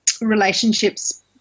relationships